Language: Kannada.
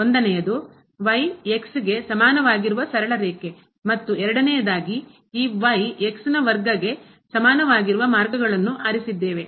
ಒಂದನೆಯದು ಗೆ ಸಮಾನವಾಗಿರುವ ಸರಳ ರೇಖೆ ಮತ್ತು ಎರಡನೇಯದಾಗಿ ಈ ವರ್ಗ ಗೆ ಸಮಾನವಾಗಿರುವ ಮಾರ್ಗಗಳನ್ನು ಆರಿಸಿದ್ದೇವೆ